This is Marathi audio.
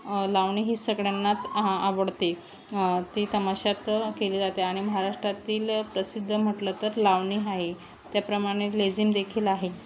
लावणी ही सगळ्यांनाच आवडते ती तमाशात केली जाते आणि महाराष्ट्रातील प्रसिद्ध म्हटलं तर लावणी आहे त्याप्रमाणे लेझिम देखील आहे